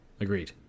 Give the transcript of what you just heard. Agreed